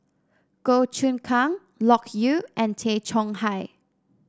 Goh Choon Kang Loke Yew and Tay Chong Hai